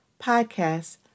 podcasts